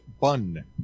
Bun